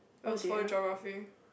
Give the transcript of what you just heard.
it was for geography